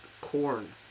corn